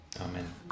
Amen